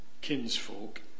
kinsfolk